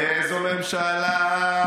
איזו ממשלה,